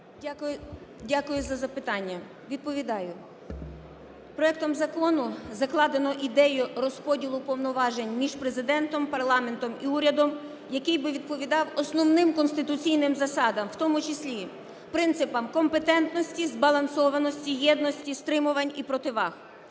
Дякую за запитання. Відповідаю. Проектом Закону закладено ідею розподілу повноважень між Президентом, парламентом і урядом, який би відповідав основним конституційним засадам, в тому числі принципам компетентності, збалансованості, єдності, стримувань і противаг.